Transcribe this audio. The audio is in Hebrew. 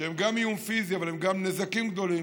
שהן גם איום פיזי אבל הן גם נזקים גדולים,